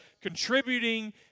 contributing